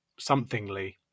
somethingly